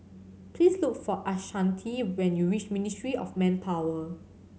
please look for Ashanti when you reach Ministry of Manpower